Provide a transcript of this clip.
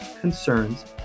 concerns